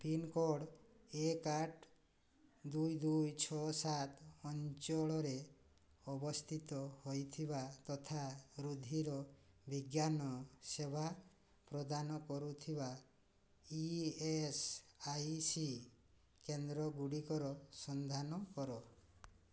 pincode ଏକ ଆଠ ଦୁଇ ଦୁଇ ଛଅ ସାତ ଅଞ୍ଚଳରେ ଅବସ୍ଥିତ ହେଇଥିବା ତଥା ରୁଧିର ବିଜ୍ଞାନ ସେବା ପ୍ରଦାନ କରୁଥିବା ଇ ଏସ୍ ଆଇ ସି କେନ୍ଦ୍ରଗୁଡ଼ିକର ସନ୍ଧାନ କର